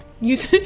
Use